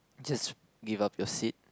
just give up your seat